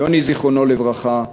יוני, זיכרונו לברכה,